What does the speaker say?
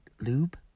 lube